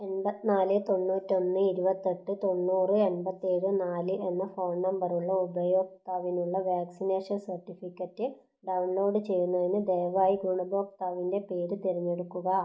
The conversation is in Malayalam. എമ്പത്തി നാല് തൊണ്ണൂറ്റൊന്ന് ഇരുപത്തെട്ട് തൊണ്ണൂറ് എമ്പത്തിയേഴ് നാല് എന്ന ഫോൺ നമ്പറുള്ള ഉപയോക്താവിനുള്ള വാക്സിനേഷൻ സർട്ടിഫിക്കറ്റ് ഡൗൺലോഡ് ചെയ്യുന്നതിന് ദയവായി ഗുണഭോക്താവിൻ്റെ പേര് തിരഞ്ഞെടുക്കുക